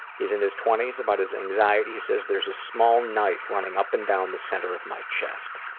he's in his twenties. about his anxiety, he says, there's a small knife running up and down the center of my chest.